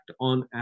on